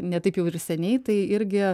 ne taip jau ir seniai tai irgi